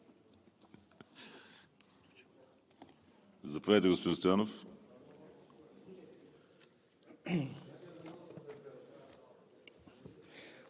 Заповядайте, господин Стоянов.